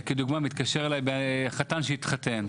לדוגמה, מתקשר אליי בחור שהתחתן,